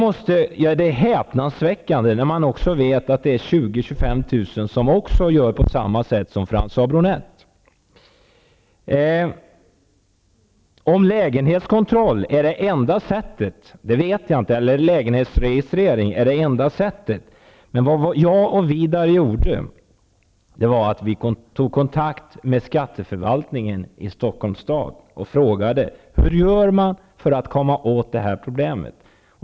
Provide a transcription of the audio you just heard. Det är häpnadsväckande när man vet att det är 20 000--25 000 andra som gör på samma sätt som François Bronett. Jag vet inte om lägenhetsregistrering är det enda sättet. Men jag och Widar Andersson tog kontakt med skatteförvaltningen i Stockholms stad och frågade hur man skall göra för att komma åt det här problemet.